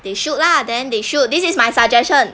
they should lah then they should this is my suggestion